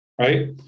right